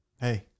Hey